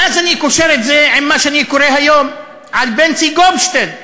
ואז אני קושר את זה למה שאני קורא היום על בנצי גופשטיין,